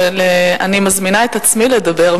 ואני מזמינה את עצמי לדבר,